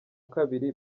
kabiri